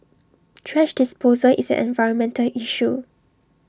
thrash disposal is an environmental issue